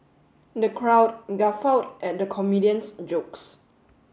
the crowd guffawed at the comedian's jokes